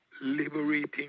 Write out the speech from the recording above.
liberating